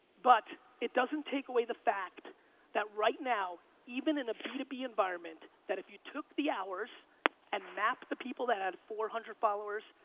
but it doesn't take away the fact that right now, even in a b two b environment, that if you took the hours and map the people that had four hundred followers,